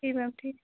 जी ma'am ठीक